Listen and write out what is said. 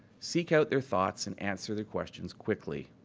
seek out their thoughts and answer their questions quickly.